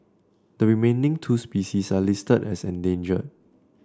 the remaining two species are listed as endangered